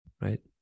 right